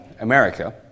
America